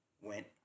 went